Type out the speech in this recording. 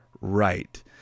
Right